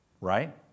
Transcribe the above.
right